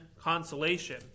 consolation